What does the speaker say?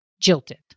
jilted